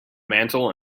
mantel